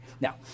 now